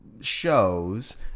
shows